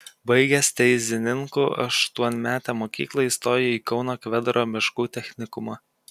baigęs teizininkų aštuonmetę mokyklą įstojo į kauno kvedaro miškų technikumą